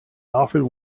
alfred